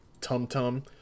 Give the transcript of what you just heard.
tum-tum